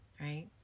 Right